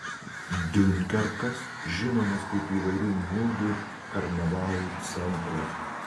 diunkerkas žinomas kaip įvairių mugių karnavalų centras